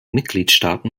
mitgliedstaaten